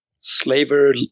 Slaver